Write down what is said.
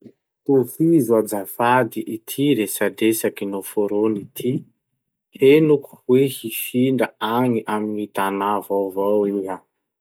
Tohizo azafady ity resadresaky noforony ty: Henoko hoe hifindra agny amy gny tanà vaovao iha.